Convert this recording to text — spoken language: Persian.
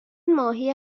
ماهی